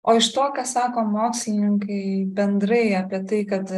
o iš to ką sako mokslininkai bendrai apie tai kad